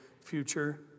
future